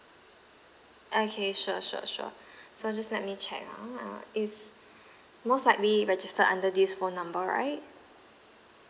okay sure sure sure so just let me check ah it's most likely registered under this phone number right